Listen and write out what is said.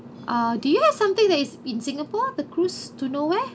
ah do you have something that is in singapore the cruise to nowhere